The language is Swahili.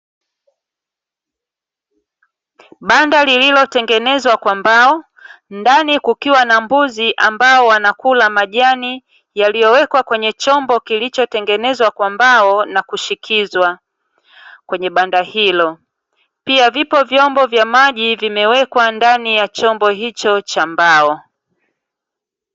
Banda lililotengenezwa kwa mbao ndani kukiwa na mbuzi ambao wanakula majani, yaliyowekwa kwenye chombo kilicho tengenezwa kwa mbao na kushikizwa kwenye banda hilo, pia vipo vyombo vya maji vimewekwa ndani ya chombo hicho cha mbao.